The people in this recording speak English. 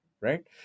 right